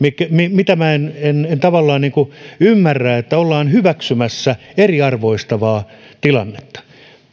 mitä minä en en tavallaan niin kuin ymmärrä että ollaan hyväksymässä eriarvoistavaa tilannetta